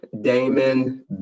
Damon